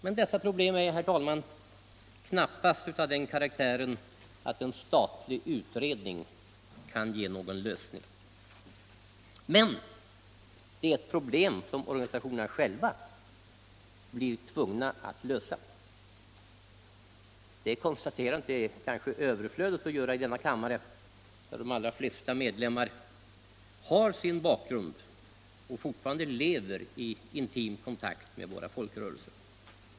Men dessa problem är knappast av den karaktären att en statlig utredning kan ge någon lösning. Detta är dock ett problem som organisationerna själva blir tvungna att lösa. Det konstaterandet är kanske överflödigt att göra i denna kammare, där de allra flesta ledamöterna har sin bakgrund i och fortfarande lever i intim kontakt med våra folkrörelser.